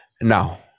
now